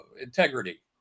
integrity